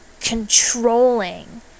controlling